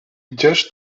gdzież